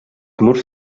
murs